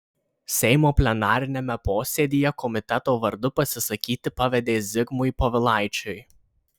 seimo plenariniame posėdyje komiteto vardu pasisakyti pavedė zigmui povilaičiui